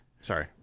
sorry